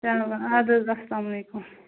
چلو وۄنۍ آدٕ حظ اسلام وعلیکُم